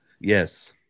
Yes